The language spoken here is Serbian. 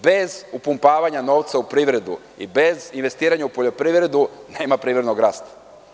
Bez upumpavanja novca u privredu i bez investiranja u poljoprivredu nema privrednog rasta.